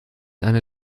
eine